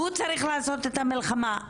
והוא צריך לעשות את המלחמה.